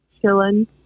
chilling